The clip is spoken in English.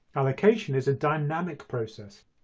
allocation is a dynamic process.